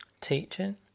teaching